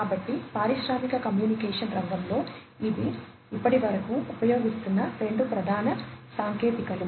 కాబట్టి పారిశ్రామిక కమ్యూనికేషన్ రంగంలో ఇవి ఇప్పటివరకు ఉపయోగిస్తున్న రెండు ప్రధాన సాంకేతికతలు